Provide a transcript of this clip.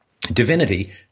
divinity